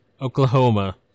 Oklahoma